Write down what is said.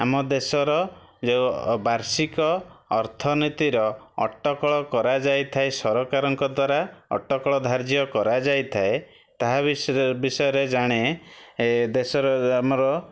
ଆମ ଦେଶର ଯେଉଁ ବାର୍ଷିକ ଅର୍ଥନୀତିର ଅଟକଳ କରାଯାଇଥାଏ ସରକାରଙ୍କ ଦ୍ୱାରା ଅଟକଳ ଧାର୍ଯ୍ୟ କରାଯାଇଥାଏ ତାହା ବିଷୟରେ ଜାଣେ ଏ ଦେଶର ଆମର